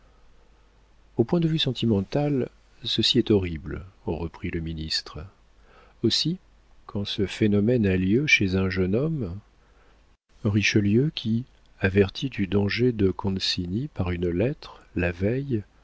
au point de vue sentimental ceci est horrible reprit le ministre aussi quand ce phénomène a lieu chez un jeune homme richelieu qui averti du danger de concini par une lettre la veille